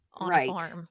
right